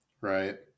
Right